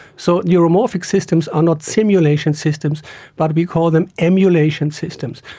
so neuromorphic systems are not simulation systems but we call them emulation systems.